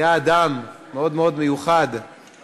היה אדם מאוד מאוד מיוחד,